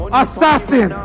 assassin